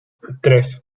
tres